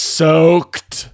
soaked